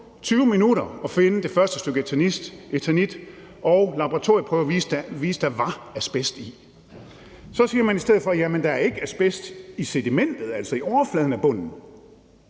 20 minutter at finde det første stykke eternit, og laboratorieprøver viste, at der var asbest i det. Så siger man i stedet for, at der ikke er asbestfibre i sedimentet, altså i overfladen af bunden